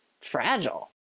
fragile